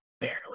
Barely